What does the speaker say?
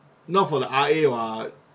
not for the I_A [what]